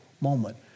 moment